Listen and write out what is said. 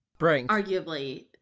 arguably